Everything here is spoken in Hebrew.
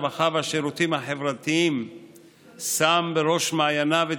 הרווחה והשירותים החברתיים שם בראש מעייניו את